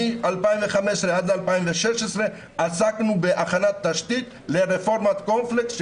מ-2015 עד 2016 עסקנו בהכנת תשתית לרפורמת קורנפלקס.